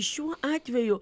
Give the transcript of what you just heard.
šiuo atveju